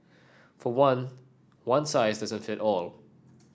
for one one size doesn't fit all